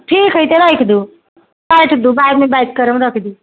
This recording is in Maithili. ठीक हइ तऽ राखि दू बादमे बात करब राखि दू